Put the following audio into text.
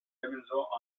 ebenso